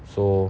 so